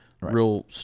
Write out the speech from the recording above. real